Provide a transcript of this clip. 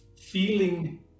feeling